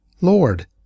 Lord